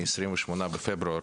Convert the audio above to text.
מ-28 בפברואר,